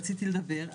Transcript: רציתי לדבר,